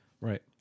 right